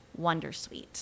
wondersuite